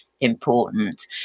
important